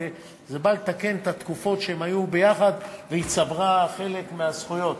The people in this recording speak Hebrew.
זה בא לתקן לגבי התקופות שהם היו ביחד והיא צברה חלק מהזכויות.